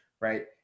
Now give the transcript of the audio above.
right